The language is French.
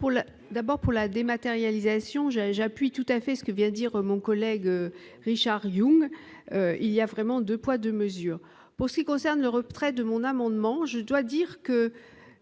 Pour le d'abord pour la dématérialisation ai j'appuie tout à fait ce que vient dire mon collègue Richard Yung, il y a vraiment 2 poids 2 mesures, pour ce qui concerne l'Europe très de mon amendement, je dois dire que